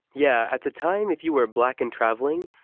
yeah. at the time, if you were black and travelling,